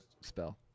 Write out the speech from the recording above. spell